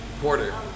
porter